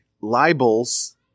libels